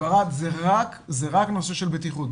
זה רק נושא של בטיחות.